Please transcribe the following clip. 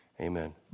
Amen